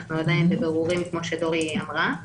אנחנו עדיין בבירורים כמו שדורי אמרה.